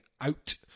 out